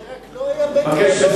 זה לא היה מלון,